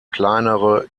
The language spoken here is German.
kleinere